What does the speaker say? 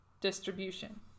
distribution